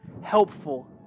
helpful